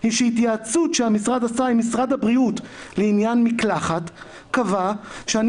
היא שהתייעצות שהמשרד עשה עם משרד הבריאות לעניין מקלחת קבעה שאני